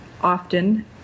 often